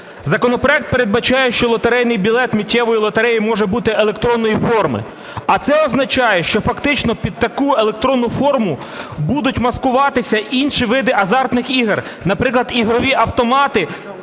Законопроект передбачає, що лотерейний білет миттєвої лотереї може бути електронної форми. А це означає, що фактично під таку електронну форму будуть маскуватися інші види азартних ігор, наприклад, ігрові автомати